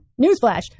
Newsflash